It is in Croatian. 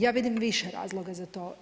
Ja vidim više razloga za to.